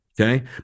Okay